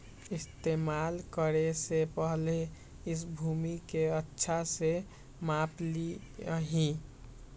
इस्तेमाल करे से पहले इस भूमि के अच्छा से माप ली यहीं